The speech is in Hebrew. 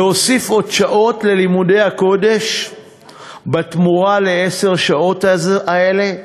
להוסיף עוד שעות ללימודי הקודש בתמורה לעשר השעות האלה.